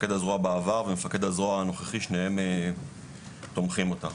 מפקד הזרוע בעבר ומפקד הזרוע הנוכחי שניהם תומכים בכך.